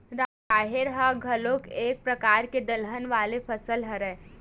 राहेर ह घलोक एक परकार के दलहन वाले फसल हरय